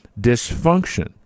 dysfunction